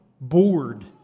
bored